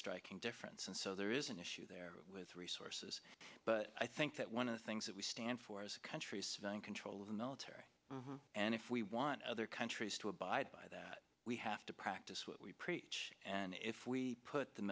striking difference and so there is an issue there with resources but i think that one of the things that we stand for as a country civilian control of the military and if we want other countries to abide by that we have to practice what we preach and if we put the